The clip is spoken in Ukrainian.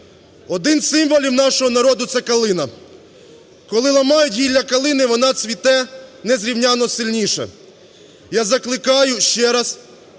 Один із символів нашого народу – це калина. Коли ламають гілля калини, вона цвіте незрівнянно сильніше. Я закликаю ще раз